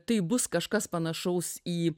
tai bus kažkas panašaus į